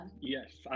Yes